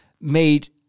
made